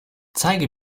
zeige